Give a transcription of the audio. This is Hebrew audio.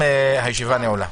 הישיבה נעולה.